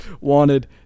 Wanted